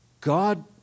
God